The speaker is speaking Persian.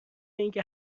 اینکه